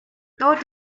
though